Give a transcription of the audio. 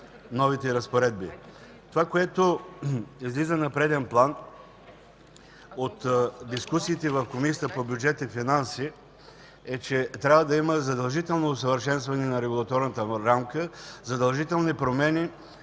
Това, което излиза на преден план от дискусиите в Комисията по бюджет и финанси, е, че трябва да има задължително усъвършенстване на регулаторната рамка, задължителни промени